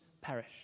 perish